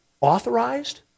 authorized